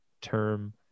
term